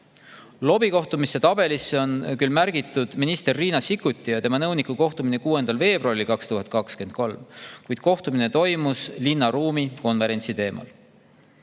Lobikohtumiste tabelisse on küll märgitud minister Riina Sikkuti ja tema nõuniku kohtumine 6. veebruaril 2023. aastal, kuid kohtumine toimus linnaruumikonverentsi teemal.